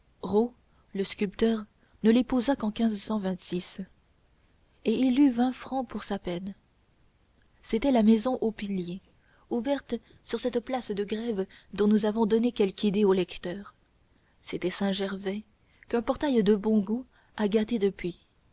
le sculpteur ne les posa qu'en et il eut vingt francs pour sa peine c'était la maison aux piliers ouverte sur cette place de grève dont nous avons donné quelque idée au lecteur c'était saint-gervais qu'un portail de bon goût a gâté depuis